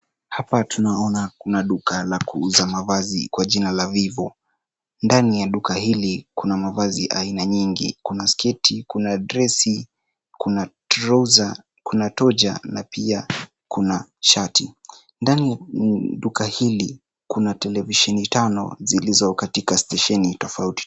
Hapa tunaona kuna duka la kuuza mavazi kwa jina la Vivo. Ndani ya duka hili kuna mavazi aina nyingi. Kuna sketi, kuna dresi , kuna trouser , kuna toja na pia kuna shati. Ndani ya duka hili kuna televisheni tano zilizo katika stesheni tofauti .